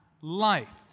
life